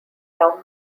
down